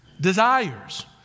desires